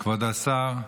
כץ,